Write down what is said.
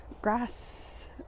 grass